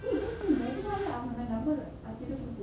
number